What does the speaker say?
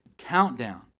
countdown